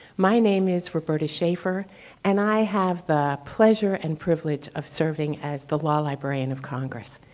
my name is roberta shaffer and i have the pleasure and privilege of serving as the law librarian of congress.